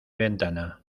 ventana